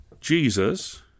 Jesus